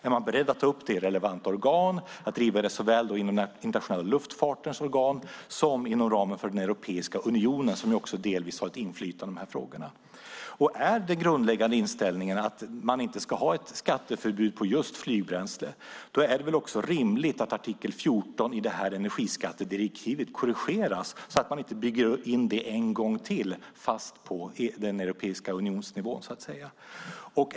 Är man beredd att ta upp det i relevanta organ, att driva det såväl inom internationella luftfartens organ som inom ramen för den europeiska unionen, som delvis har ett inflytande i de här frågorna? Är den grundläggande inställningen att man inte ska ha ett skatteförbud på just flygbränsle, är det väl rimligt att artikel 14 i energiskattedirektivet korrigeras så att vi inte bygger in det en gång till, fast på den europeiska unionens nivå.